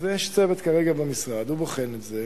אז יש כרגע צוות במשרד, הוא בוחן את זה,